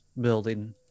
building